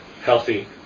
healthy